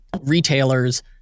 retailers